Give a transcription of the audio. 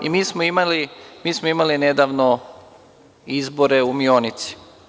Mi smo imali nedavno izbore u Mionici.